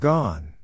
Gone